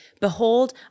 Behold